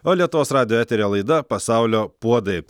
o lietuvos radijo eteryje laida pasaulio puodai